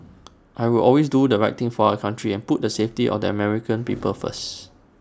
I will always do the right thing for our country and put the safety of the American people first